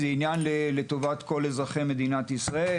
אלא זה עניין לטובת כלל אזרחי מדינת ישראל.